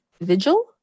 Vigil